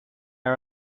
our